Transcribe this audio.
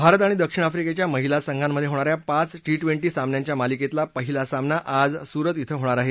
भारत आणि दक्षिण आफ्रिकेच्या महिला संघांमध्ये होणाऱ्या पाच टी ट्वेंटी सामन्यांच्या मालिकेतला पहिला सामना आज सूरत शि होणार आहे